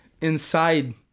inside